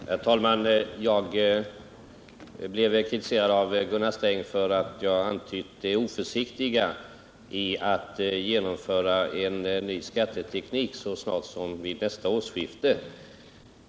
Herr talman! Jag blev kritiserad av Gunnar Sträng därför att jag antydde det oförsiktiga i att genomföra en ny skatteteknik så snart som vid nästa årsskifte.